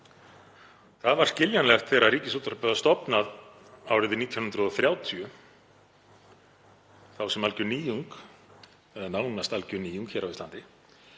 Það var skiljanlegt þegar Ríkisútvarpið var stofnað árið 1930, þá sem alger nýjung eða nánast alger nýjung á Íslandi,